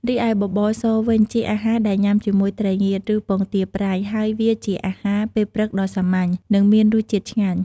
រីឯបបរសវិញ ជាអាហារដែលញុំាជាមួយត្រីងៀត ឬ ពងទាប្រៃ ហើយវាជាអាហារពេលព្រឹកដ៏សាមញ្ញ និងមានរសជាតិឆ្ងាញ់។